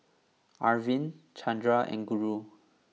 Arvind Chandra and Guru